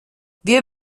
wir